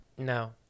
No